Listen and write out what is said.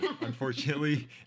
unfortunately